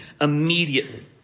immediately